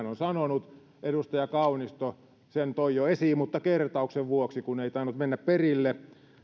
on sanonut edustaja kaunisto sen toi jo esiin mutta kertauksen vuoksi kun ei tainnut mennä perille